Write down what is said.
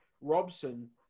Robson